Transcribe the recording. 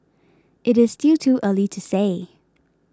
it is still too early to say